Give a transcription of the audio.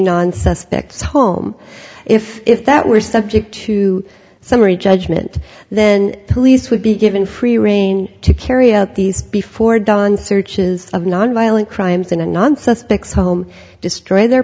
non suspects home if if that were subject to summary judgment then the police would be given free rein to carry out these before done searches of nonviolent crimes in a non suspects home destroying their